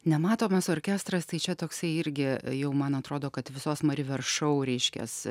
nematomas orkestras tai čia toksai irgi jau man atrodo kad visos mari ver šou reiškias